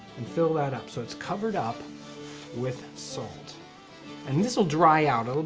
and fill that up so it's covered up with salt and this'll dry out.